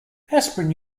asprin